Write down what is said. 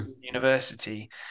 university